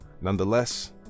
Nonetheless